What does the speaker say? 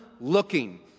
looking